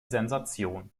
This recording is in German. sensation